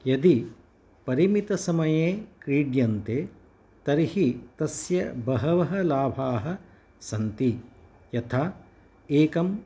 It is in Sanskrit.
यदि परिमितसमये क्रीड्यन्ते तर्हि तस्य बहवः लाभाः सन्ति यथा एकम्